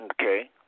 Okay